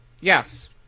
Yes